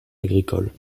agricole